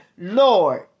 Lord